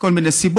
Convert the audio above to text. מכל מיני סיבות,